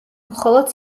მხოლოდ